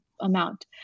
amount